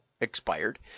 expired